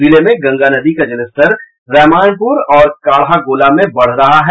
जिले में गंगा नदी का जलस्तर रामायणपुर और काढ़ागोला में बढ़ रहा है